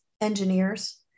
engineers